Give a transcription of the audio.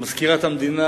מזכירת המדינה